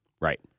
right